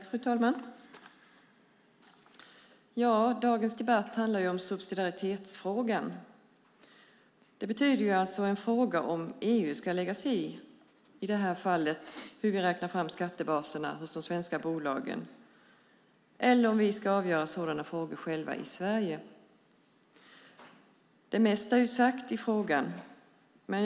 Fru talman! Dagens debatt handlar om subsidiaritetsfrågan. Det är frågan om EU i det här fallet ska lägga sig i hur vi räknar fram skattebaserna hos de svenska bolagen eller om vi ska avgöra sådana frågor själva i Sverige. Det mesta är sagt i frågan.